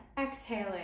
exhaling